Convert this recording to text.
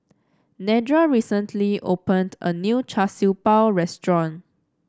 Nedra recently opened a new Char Siew Bao restaurant